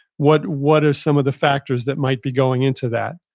what what are some of the factors that might be going into that?